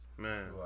Man